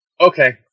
Okay